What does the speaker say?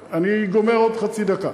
אני גומר עוד חצי דקה.